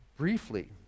Briefly